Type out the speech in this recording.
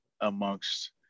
amongst